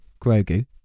Grogu